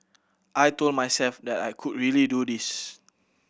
I told myself that I could really do this